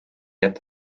jätta